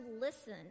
listen